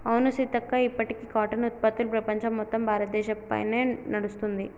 అవును సీతక్క ఇప్పటికీ కాటన్ ఉత్పత్తులు ప్రపంచం మొత్తం భారతదేశ పైనే నడుస్తుంది